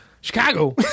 Chicago